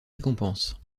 récompenses